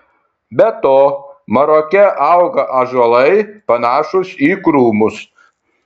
be to maroke auga ąžuolai panašūs į krūmus